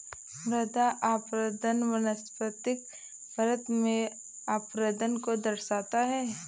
मृदा अपरदन वनस्पतिक परत में अपरदन को दर्शाता है